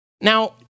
Now